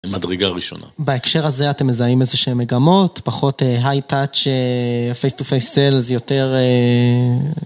מדרגה ראשונה. בהקשר הזה אתם מזהים איזה שהן מגמות, פחות הייטאץ', פייסט ופייסט סל, זה יותר...